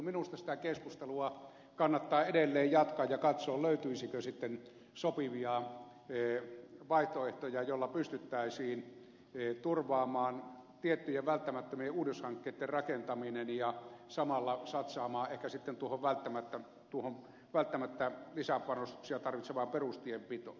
minusta sitä keskustelua kannattaa edelleen jatkaa ja katsoa löytyisikö sitten sopivia vaihtoehtoja joilla pystyttäisiin turvaamaan tiettyjen välttämättömien uudishankkeitten rakentaminen ja samalla satsaamaan ehkä sitten tuohon välttämättä lisäpanostuksia tarvitsevaan perustienpitoon